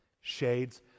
Shades